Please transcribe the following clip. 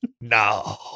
No